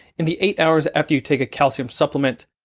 in the eight hours after you take a calcium supplement,